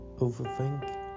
overthink